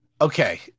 Okay